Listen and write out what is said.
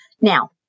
Now